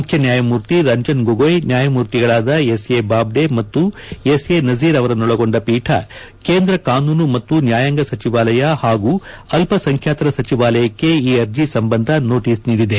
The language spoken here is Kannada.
ಮುಖ್ಯ ನ್ವಾಯಮೂರ್ತಿ ರಂಜನ್ ಗೊಗೋಯ್ ನ್ವಾಯಮೂರ್ತಿಗಳಾದ ಎಸ್ ಎ ಬಾಬ್ಡೆ ಮತ್ತು ಎಸ್ ಎ ನಜೀರ್ ಅವರನ್ನೊಳಗೊಂಡ ಪೀಠ ಕೇಂದ್ರ ಕಾನೂನು ಮತ್ತು ನ್ಯಾಯಾಂಗ ಸಚಿವಾಲಯ ಹಾಗೂ ಅಲ್ಲಸಂಬ್ದಾತರ ಸಚಿವಾಲಯಕ್ಕೆ ಈ ಅರ್ಜೆ ಸಂಬಂಧ ನೊಟೀಸ್ ನೀಡಿದೆ